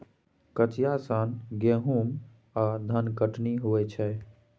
कचिया सँ गहुम आ धनकटनी होइ छै